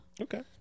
Okay